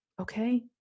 Okay